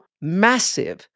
massive